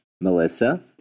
Melissa